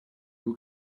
who